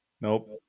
nope